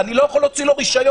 אני לא יכול להוציא לו רישיון.